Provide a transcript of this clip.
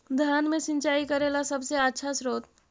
धान मे सिंचाई करे ला सबसे आछा स्त्रोत्र?